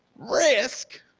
risk?